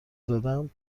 دادم